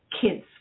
kids